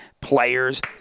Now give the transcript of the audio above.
players